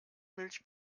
milch